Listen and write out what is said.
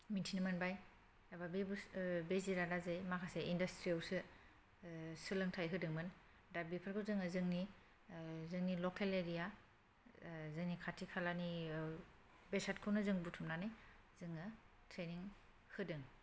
मिन्थिनो मोनबाय एबा बे बुस्थु बे जिरादा जे माखासे इन्डासट्रियावसो सोलोंथाय होदोंमोन दा बेफोरखौ जोङो जोंनि जोंनि लकेल एरिया जोंनि खाथि खालानि बेसादखौनो जों बुथुमनानै जोङो ट्रेनिं होदों